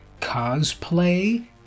cosplay